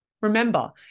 Remember